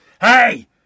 Hey